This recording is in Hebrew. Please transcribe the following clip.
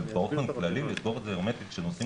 אבל באופן כללי לסגור את זה הרמטית כשנוסעים